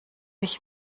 ich